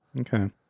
Okay